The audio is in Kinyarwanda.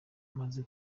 amaze